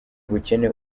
ubukene